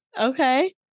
Okay